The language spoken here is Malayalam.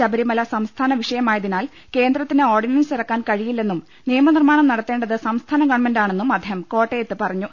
ശബരിമല സംസ്ഥാന വിഷ യമായതിനാൽ കേന്ദ്രത്തിന് ഓർഡിനൻസ് ഇറക്കാൻ കഴിയി ല്ലെന്നും നിയമനിർമ്മാണം നടത്തേണ്ടത് സംസ്ഥാന ഗവൺമെന്റാ ണെന്നും അദ്ദേഹം കോട്ടയത്ത് പറഞ്ഞു